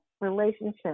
relationship